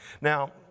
Now